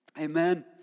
Amen